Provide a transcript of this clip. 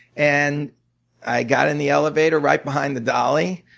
and i got in the elevator right behind the dolly.